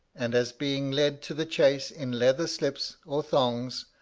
and as being led to the chase in leather slips or thongs,